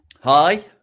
Hi